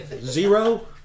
zero